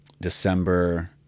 December